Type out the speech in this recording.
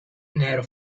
nero